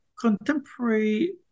contemporary